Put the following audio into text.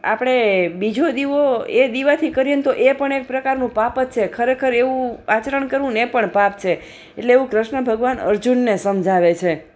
આપણે બીજો દીવો એ દીવાથી કરીએને તો એ પણ એક પ્રકારનું પાપ જ છે ખરેખર એવું આચરણ કરવુંને એ પણ પાપ છે એટલે એવું કૃષ્ણ ભગવાન અર્જુનને સમજાવે છે